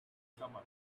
summer